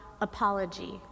apology